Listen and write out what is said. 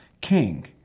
king